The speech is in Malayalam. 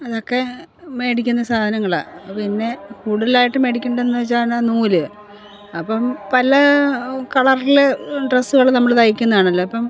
നിങ്ങൾക്ക് മേടിക്കുന്ന സാധനങ്ങളാ പിന്നെ കൂടുതലായിട്ടും മേടിക്കേണ്ടെന്നുവെച്ചാൽ നൂല് അപ്പം പല കളറിൽ ഡ്രസ്സുകള് നമ്മള് തയ്ക്കുന്നതാണല്ലോ ഇപ്പം